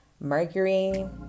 mercury